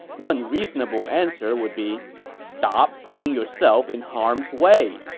one reasonable answer would be stop putting yourself in harm's way.